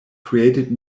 created